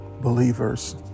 believers